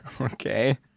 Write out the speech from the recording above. Okay